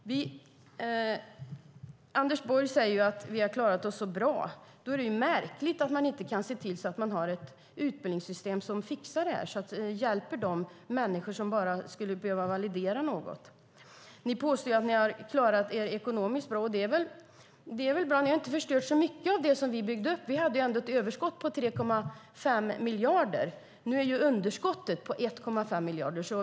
Anders Borg säger att Sverige har klarat sig bra. Men då är det märkligt att det inte finns ett utbildningssystem som fixar problemen, till exempel att hjälpa de människor som behöver få sin kompetens validerad. Ni påstår att Sverige har klarat sig ekonomiskt bra. Det är bra. Ni har inte förstört så mycket av det vi byggde upp. Det rådde ändå ett överskott på 3,5 miljarder när ni tog över. Nu är underskottet 1,5 miljarder.